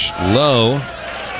Low